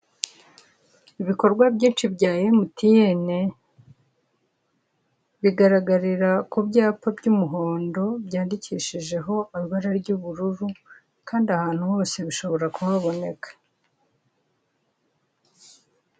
Ibikorwa byinshi bya MTN, bigaragarira ku byapa by'umuhondo byandikishijeho ibara ry'ubururu kandi ahantu hose bishobora kuhaboneka.